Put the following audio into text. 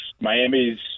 Miami's